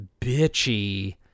bitchy